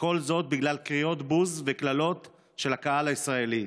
וכל זאת בגלל קריאות בוז וקללות של הקהל הישראלי,